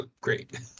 Great